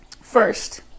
first